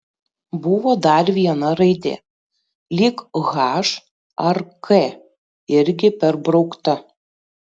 buvo dar viena raidė lyg h ar k irgi perbraukta